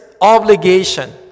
obligation